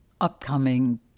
upcoming